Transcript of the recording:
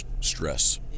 stress